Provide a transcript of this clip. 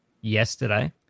yesterday